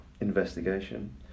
investigation